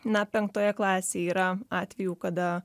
na penktoje klasėje yra atvejų kada